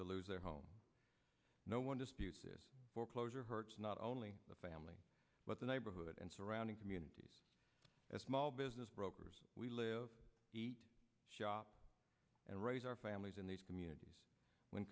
to lose their home no one disputes this foreclosure hurts not only the family but the neighborhood and surrounding communities as small business brokers we live shop and raise our families in these communities when